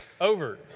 over